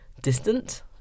distant